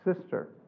sister